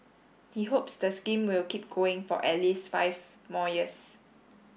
he hopes the scheme will keep going for at least five more years